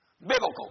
Biblical